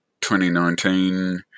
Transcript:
2019